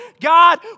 God